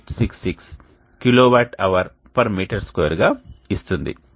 5866 kilowatt hour m2 గా ఇస్తుంది